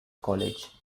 college